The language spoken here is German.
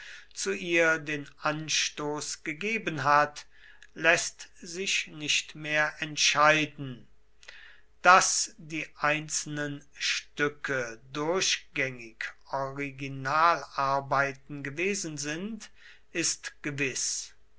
zu ihr den anstoß gegeben hat läßt sich nicht mehr entscheiden daß die einzelnen stücke durchgängig originalarbeiten gewesen sind ist gewiß